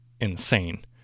insane